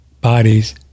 bodies